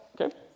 Okay